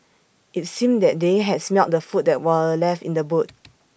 IT seemed that they had smelt the food that were left in the boot